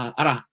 ara